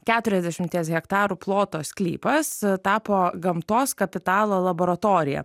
keturiasdešimties hektarų ploto sklypas tapo gamtos kapitalo laboratorija